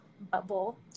bubble